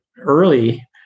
early